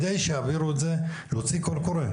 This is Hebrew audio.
על מנת שיעבירו את זה ולהוציא קול קורא.